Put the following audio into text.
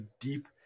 deep